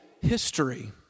history